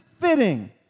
Fitting